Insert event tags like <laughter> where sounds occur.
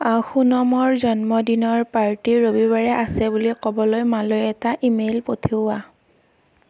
<unintelligible> সোণমৰ জন্মদিনৰ পাৰ্টি ৰবিবাৰে আছে বুলি ক'বলৈ মালৈ এটা ইমেইল পঠিওৱা